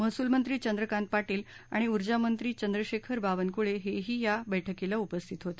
महसूलमंत्री चंद्रकांत पाटील आणि ऊर्जामंत्री चंद्रशेखर बावनकुळे हे ही या बैठकीला उपस्थित होते